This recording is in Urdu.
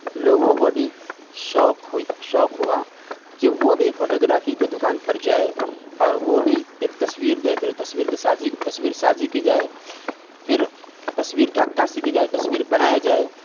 لوگوں کو بھی شوق ہوئی شوق ہوا کہ وہ بھی فوٹوگرافی کے دکان پر جائے اور وہ بھی ایک تصویر دے پھر وہ تصویر کی سازی تصویر سازی کی جائے پھر تصویر کی عکاسی کی جائے تصویر بنایا جائے